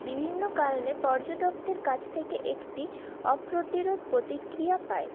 বিভিন্ন কারণে পর্যটকদের কাছ থেকে একটি অপ্রতিরোধ প্রতিক্রিয়া পায়